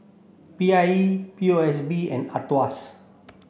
P I E P O S B and AETOS